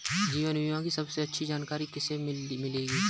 जीवन बीमा की सबसे अच्छी जानकारी कैसे मिलेगी?